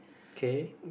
okay